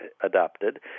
adopted